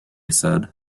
said